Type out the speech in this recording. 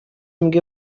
میگه